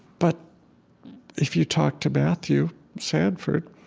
but if you talk to matthew sanford,